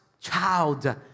child